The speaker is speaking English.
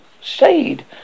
shade